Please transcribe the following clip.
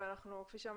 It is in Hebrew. כפי שאמרנו,